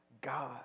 God